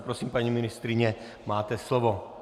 Prosím, paní ministryně, máte slovo.